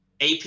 AP